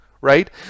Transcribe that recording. right